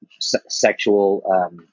sexual